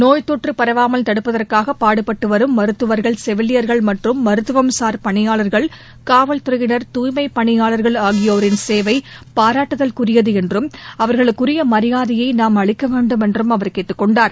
நோய் தொற்று பரவாமல் தடுப்பதற்காக பாடுபட்டு வரும் மருத்துவர்கள் செவிலியர்கள் மற்றும் மருத்துவம்சாா் பணியாளா்கள் காவல்துறையினா் தூய்மைப் பணியாளா்கள் ஆகியோரின் சேவை பாராட்டுதல்குரியது என்றும் அவர்களுக்குரிய மரியாதையை நாம் அளிக்க வேண்டுமென்றும் அவர் கேட்டுக் கொண்டார்